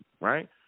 right